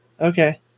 Okay